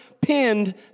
pinned